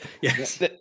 Yes